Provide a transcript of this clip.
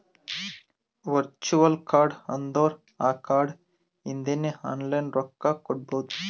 virtual card ಅಂದುರ್ ಆ card ಇಂದಾನೆ ಆನ್ಲೈನ್ ರೊಕ್ಕಾ ಕೊಡ್ಬೋದು